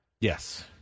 Yes